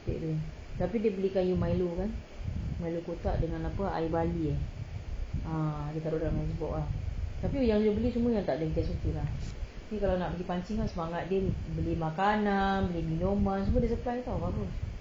tapi dia belikan you milo kan milo kotak dengan apa air barley eh ah dia taruh dalam ice box ah tapi yang dia beli semua takde kita suka lah nanti nak pergi pancing kan semangat dia beli makanan beli minuman semua dia supply [tau] bagus